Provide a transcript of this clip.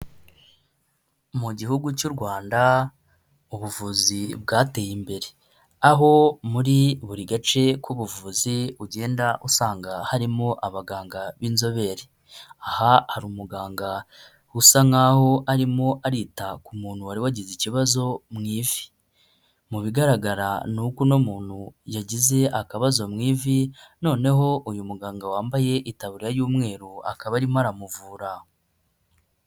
Mu gihugu cy'u Rwanda ubuvuzi bwateye imbere, aho muri buri gace ku buvuzi ugenda usanga harimo abaganga b'inzobere ,aha hari umuganga usa nkaho arimo arita ku muntu wari wagize ikibazo mu ivi, mu bigaragara ni uko uno muntu yagize akabazo mu ivi, noneho uyu muganga wambaye itaburiya y'umweru akaba arimo aramuvura.